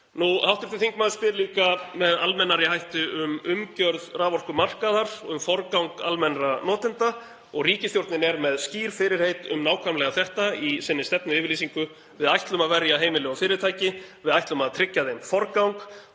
öld. Hv. þingmaður spyr líka með almennari hætti um umgjörð raforkumarkaðar og um forgang almennra notenda. Ríkisstjórnin er með skýr fyrirheit um nákvæmlega þetta í sinni stefnuyfirlýsingu. Við ætlum að verja heimili og fyrirtæki, við ætlum að tryggja þeim forgang